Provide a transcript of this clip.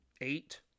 eight